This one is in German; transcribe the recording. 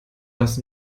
das